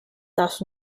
das